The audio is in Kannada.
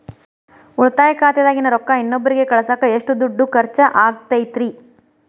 ಉಳಿತಾಯ ಖಾತೆದಾಗಿನ ರೊಕ್ಕ ಇನ್ನೊಬ್ಬರಿಗ ಕಳಸಾಕ್ ಎಷ್ಟ ದುಡ್ಡು ಖರ್ಚ ಆಗ್ತೈತ್ರಿ?